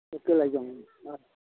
local আইজং অঁ